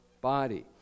body